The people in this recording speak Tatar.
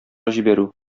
җибәрү